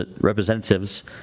representatives